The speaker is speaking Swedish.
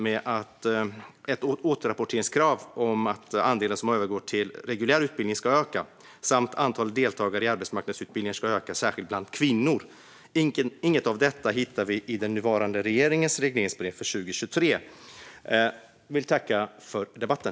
Det var ett återrapporteringskrav om att andelen som övergår till reguljär utbildning skulle öka samt att antalet deltagare i arbetsmarknadsutbildningar skulle öka, särskilt bland kvinnor. Inget av detta hittar vi i den nuvarande regeringens regleringsbrev för 2023. Jag vill tacka för debatten.